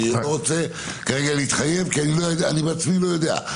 אני לא רוצה כרגע להתחייב, כי אני בעצמי לא יודע.